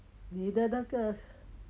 你的那个